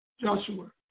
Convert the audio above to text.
Joshua